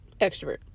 extrovert